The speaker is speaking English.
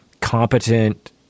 competent